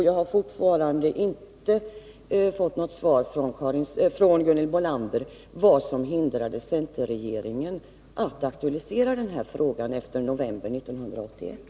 Jag har fortfarande inte fått något svar från Gunhild Bolander beträffande vad som hindrade centerregeringen att aktualisera den här frågan efter november 1981.